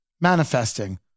Manifesting